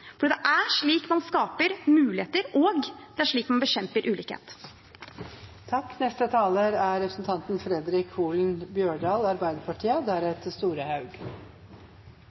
Det er slik man skaper muligheter, og det er slik man bekjemper ulikhet. Representanten Fredric Holen Bjørdal